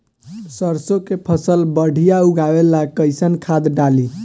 सरसों के फसल बढ़िया उगावे ला कैसन खाद डाली?